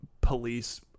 police